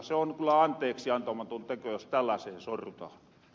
se on kyllä anteeksiantamaton teko jos tällääseen sorrutahan